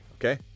Okay